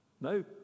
no